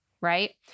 right